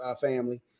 family